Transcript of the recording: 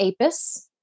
apis